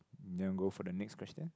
you want go for the next question